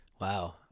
Wow